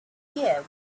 year